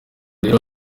rero